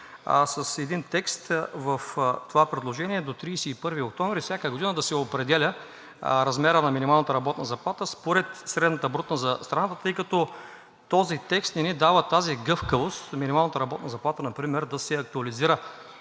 с един текст в това предложение – до 31 октомври всяка година да се определя размерът на минималната работна заплата според средната брутна за страната, тъй като този текст не ни дава онази гъвкавост минималната работна заплата например да се актуализира